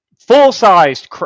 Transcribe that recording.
full-sized